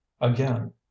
again